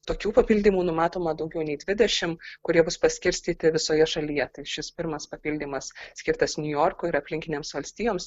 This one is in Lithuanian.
tokių papildymų numatoma daugiau nei dvidešim kurie bus paskirstyti visoje šalyje šis pirmas papildymas skirtas niujorko ir aplinkinėms valstijoms